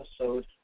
episode